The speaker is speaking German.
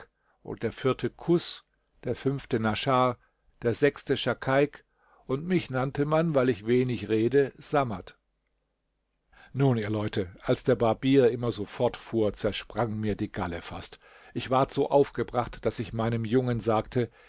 bakaibak der vierte kus der fünfte naschar der sechste schakaik und mich nannte man weil ich wenig rede sammat nun ihr leute als der barbier immer so fortfuhr zersprang mir die galle fast ich ward so aufgebracht daß ich meinem jungen sagte